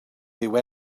dyw